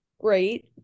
great